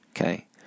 okay